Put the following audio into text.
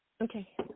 Okay